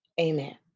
Amen